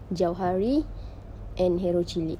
jauhari and hero cilik